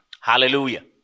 hallelujah